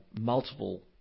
multiple